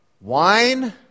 wine